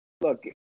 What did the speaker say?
Look